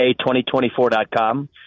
2024.com